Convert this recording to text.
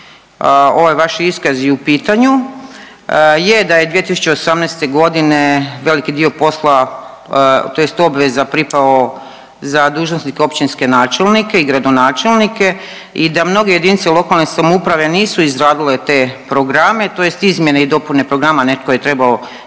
ovaj vaš iskaz i u pitanju. Je da je 2018.g. veliki dio poslova tj. obveza pripao za dužnosnike, općinske načelnike i gradonačelnike i da mnoge JLS nisu izradile te programe tj. izmjene i dopune programa, netko je treba